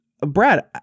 Brad